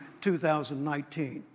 2019